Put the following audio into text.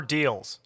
Deals